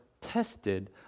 tested